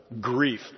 grief